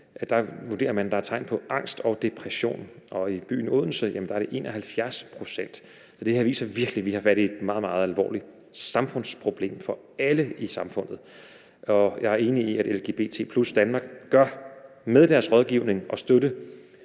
af lgbt+-unge er tegn på angst og depression, og i byen Odense er det 71 pct. Så det viser virkelig, at det her er et meget, meget alvorligt samfundsproblem for alle. Jeg er enig i, at LGBT+ Danmark med deres rådgivning og støtte